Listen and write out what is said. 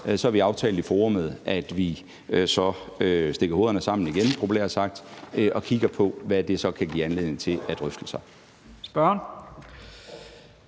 har vi aftalt i forummet, at vi så stikker hovederne sammen igen, populært sagt, og kigger på, hvad det så kan give anledning til af drøftelser. Kl.